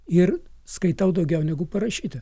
ir skaitau daugiau negu parašyta